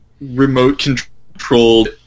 remote-controlled